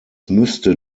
müsste